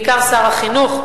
בעיקר שר החינוך,